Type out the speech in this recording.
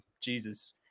Jesus